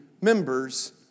members